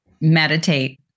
meditate